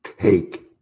take